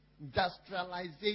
Industrialization